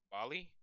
Bali